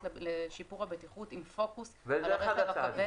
לשיפור הבטיחות עם פוקוס על הרכב הכבד,